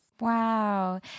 Wow